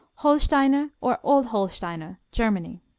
holsteiner, or old holsteiner germany